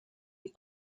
est